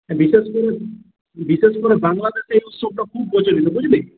হ্যাঁ বিশেষ করে বিশেষ করে বাংলাতে তো এই উৎসবটা খুব প্রচলিত বুঝলি